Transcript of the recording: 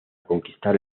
conquistar